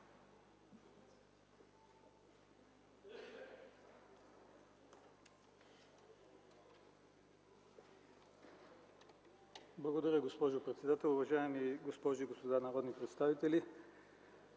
Благодаря, госпожо председател. Уважаеми госпожи и господа народни представители,